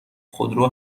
خودرو